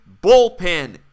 bullpen